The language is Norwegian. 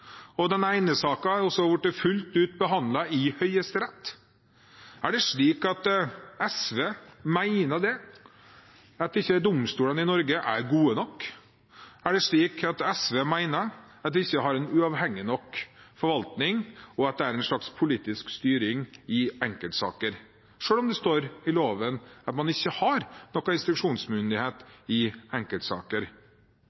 og den ene saken er også blitt fullt ut behandlet i Høyesterett. Er det slik at SV mener at domstolene i Norge ikke er gode nok? Er det slik at SV mener at vi ikke har en uavhengig nok forvaltning, og at det er en slags politisk styring i enkeltsaker, selv om det står i loven at man ikke har noen instruksjonsmyndighet